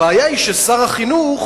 הבעיה היא ששר החינוך